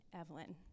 Evelyn